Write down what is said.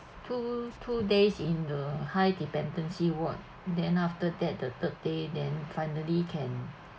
two two days in the high dependency ward then after that the third day then finally can